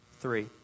Three